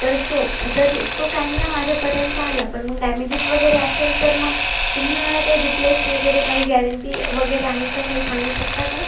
तर सो जरी तो कॅमेरा माझ्यापर्यंत आला पण मग डॅमेजेस वगैरे असेल तर मग तुम्ही मला ते रिप्लेस वगैरे काही गॅरंटी वगैरे आहे का काही सांगू शकता का